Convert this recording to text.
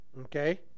Okay